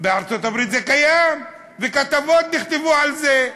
בארצות-הברית זה קיים, ונכתבו על זה כתבות.